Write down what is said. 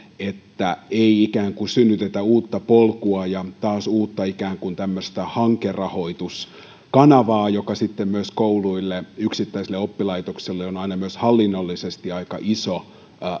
että ei kai ikään kuin synnytetä uutta polkua ja taas ikään kuin tämmöistä uutta hankerahoituskanavaa joka sitten koululle yksittäiselle oppilaitokselle on aina myös hallinnollisesti aika iso